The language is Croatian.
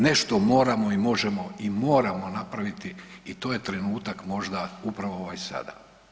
Nešto moramo i možemo i moramo napraviti i to je trenutak možda upravo ovaj sada.